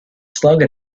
slogan